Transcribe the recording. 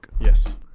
Yes